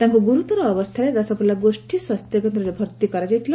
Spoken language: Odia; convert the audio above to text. ତାକୁ ଗୁରୁତର ଅବସ୍ଥାରେ ଦଶପଲ୍ଲା ଗୋଷୀ ସ୍ୱାସ୍ଥ୍ୟକେନ୍ଦ୍ରରେ ଭର୍ତି କରାଯାଇଥିଲା